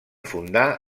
fundar